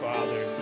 Father